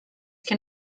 can